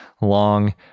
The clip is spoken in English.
long